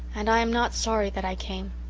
and i am not sorry that i came.